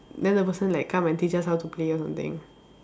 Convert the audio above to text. then the person like come and teach us how to play or something